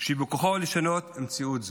שבכוחו לשנות מציאות זו.